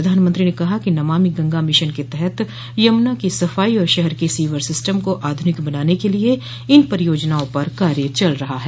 प्रधानमंत्री ने कहा कि नमामि गंगा मिशन के तहत यमुना की सफाई और शहर के सीवर सिस्टम को आध्रनिक बनाने क लिये इन परियोजनाओं पर कार्य चल रहा है